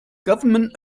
government